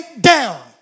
down